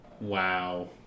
Wow